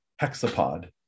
hexapod